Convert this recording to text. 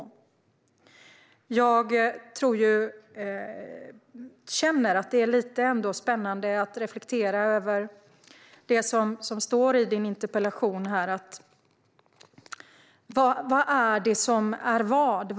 Jag känner att det ändå är lite spännande att reflektera över det som står i Margareta Larssons interpellation. Vad är det som är vad?